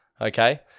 okay